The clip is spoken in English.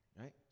right